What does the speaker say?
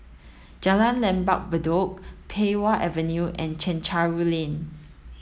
Jalan Lembah Bedok Pei Wah Avenue and Chencharu Lane